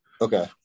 Okay